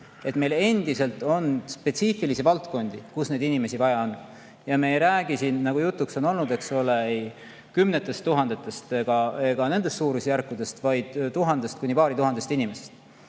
Meil endiselt on spetsiifilisi valdkondi, kus inimesi väga vaja on. Ja me ei räägi siin, nagu jutuks on olnud, eks ole, kümnetest tuhandetest või sellistest suurusjärkudest, vaid tuhandest kuni paarist tuhandest inimesest.